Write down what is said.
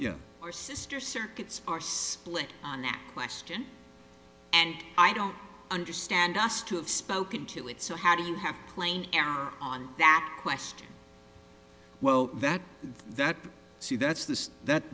defendants or sr circuits are split on that question and i don't understand us to have spoken to it so how do you have playing on that question well that that see that's th